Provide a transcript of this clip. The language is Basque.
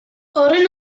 horren